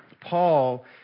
Paul